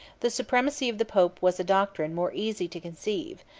the supremacy of the pope was a doctrine more easy to conceive,